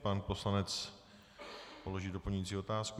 Pan poslanec položí doplňující otázku.